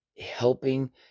helping